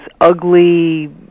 ugly